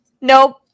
nope